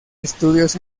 estudios